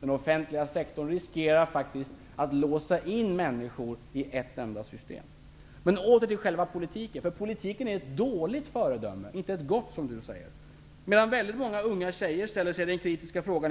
Men i den offentliga sektorn riskerar man faktiskt att människor låses in i ett enda system. Jag återgår till själva politiken. Politiken är ett dåligt föredöme och inte ett gott, som Berit Andnor säger. Väldigt många unga tjejer ställer sig den kritiska frågan